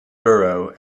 borough